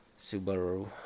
Subaru